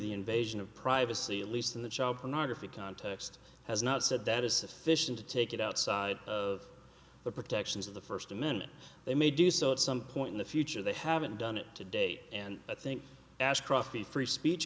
the invasion of privacy at least in the child pornography context has not said that is sufficient to take it outside of the protections of the first amendment they may do so at some point in the future they haven't done it today and i think ashcroft the free speech